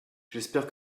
j’espère